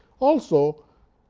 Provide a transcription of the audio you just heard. also,